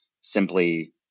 simply